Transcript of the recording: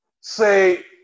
say